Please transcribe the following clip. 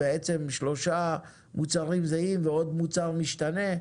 שלושה מוצרים זהים ועוד מוצר משתנה,